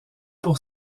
pour